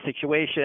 situation